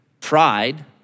pride